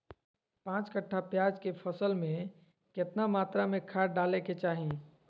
पांच कट्ठा प्याज के फसल में कितना मात्रा में खाद डाले के चाही?